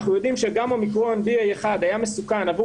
אנחנו יודעים שגם אומיקרון 1BA היה מסוכן עבור